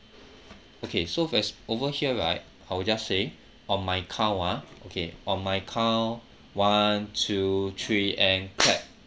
okay so as~ over here right I'll just say on my count ah okay on my count one two three and clap